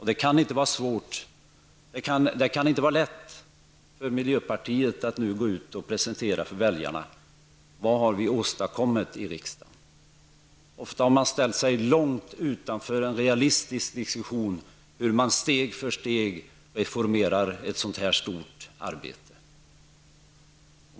Det kan inte vara lätt för miljöpartiet att nu gå ut och presentera för väljarna vad man har åstadkommit i riksdagen. Ofta har man ställt sig långt utanför en realistisk diskussion om hur vi steg för steg reformerar ett sådant här stort arbete.